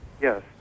Yes